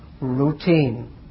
routine